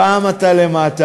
פעם אתה למטה,